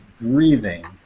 breathing